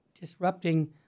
disrupting